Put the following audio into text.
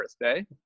birthday